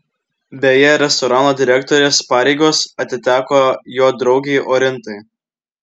beje restorano direktorės pareigos atiteko jo draugei orintai